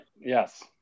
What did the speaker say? Yes